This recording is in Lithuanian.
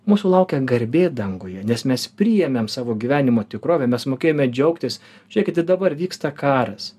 mūsų laukia garbė danguje nes mes priėmėm savo gyvenimo tikrovę mes mokėjome džiaugtis žiūrėkit i dabar vyksta karas